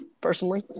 personally